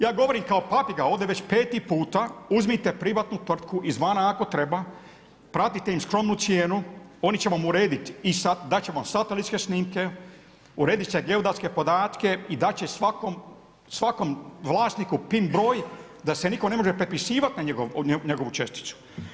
Ja govorim kao papiga ovdje već peti puta, uzmite privatnu tvrtku izvana ako treba, platite im skromnu cijenu, oni će vam urediti, dat će vam satelitske snimke, uredit će geodetske podatke i dat će svakom vlasniku PIN broj da se nitko ne može prepisivati na njegovu česticu.